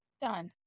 Done